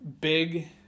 big